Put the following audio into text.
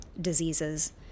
diseases